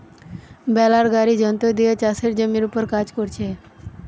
বেলার গাড়ি যন্ত্র দিয়ে চাষের জমির উপর কাজ কোরছে